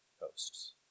coasts